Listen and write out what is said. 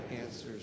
answers